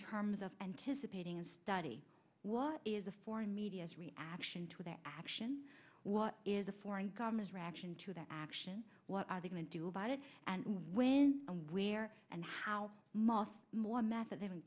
terms of anticipating and study what is the foreign media as a reaction to that action what is a foreign government reaction to that action what are they gonna do about it and when and where and how most more method they